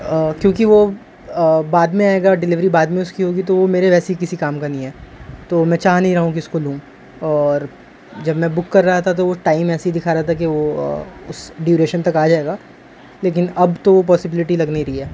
کیونکہ وہ بعد میں آئے گا ڈلیوری بعد میں اس کی ہوگی تو وہ میرے ویسے ہی کسی کام کا نہیں ہے تو میں چاہ نہیں رہا ہوں کہ اس کو لوں اور جب میں بک کر رہا تھا تو وہ ٹائم ایسے ہی دکھا رہا تھا کہ وہ اس ڈیوریشن تک آ جائے گا لیکن اب تو وہ پاسیبلٹی لگ نہیں رہی ہے